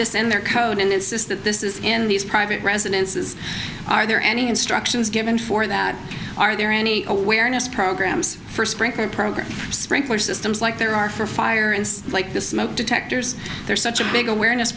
this in their code and insist that this is in these private residences are there any instructions given for that are there any awareness programs for sprinkler programs sprinkler systems like there are for fire and like the smoke detectors there's such a big awareness